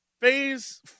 Phase